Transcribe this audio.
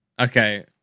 Okay